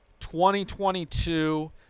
2022